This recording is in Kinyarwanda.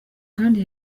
kandi